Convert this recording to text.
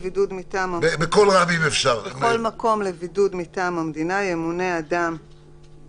"בכל מקום לבידוד מטעם המדינה ימונה נציג